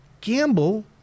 gamble